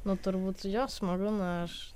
nu turbūt jo smagu na aš